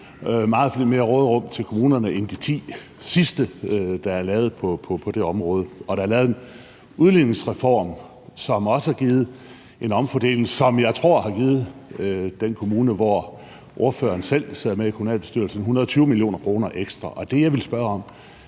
meget større råderum til kommunerne end i de seneste ti aftaler, der er lavet, på det område. Og der er lavet en udligningsreform, som også har betydet en omfordeling, som jeg tror har givet den kommune, hvor ordføreren selv sidder med i kommunalbestyrelsen, 120 mio. kr. ekstra, og det, jeg vil spørge om,